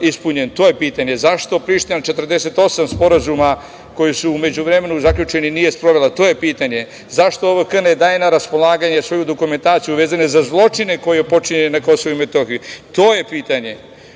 ispunjen? To je pitanje. Zašto Priština 48 sporazuma koji su u međuvremenu zaključeni nije sprovela? To je pitanje. Zašto OVK ne daje na raspolaganje svoju dokumentaciju vezano za zločine koji su počinjeni na Kosovu i Metohiji? To je pitanje.